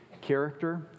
character